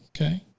Okay